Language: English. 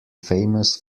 famous